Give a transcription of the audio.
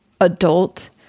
adult